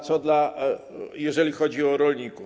Co jeżeli chodzi o rolników?